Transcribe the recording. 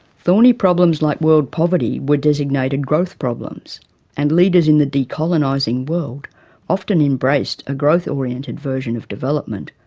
thorny problems like world poverty were designated growth problems and leaders in the decolonising world often embraced a growth-oriented version of development,